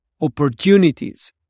opportunities